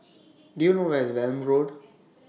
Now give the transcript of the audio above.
Do YOU know Where IS Welm Road